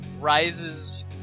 rises